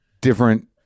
different